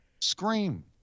Scream